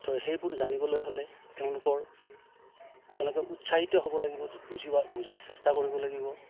তো সেইবোৰ জানিবলৈ হ'লে তেওঁলোকৰ তেওঁলোকে উৎসাহিত হ'ব লাগিব বুজিব বুজাৰ চেষ্টা কৰিব লাগিব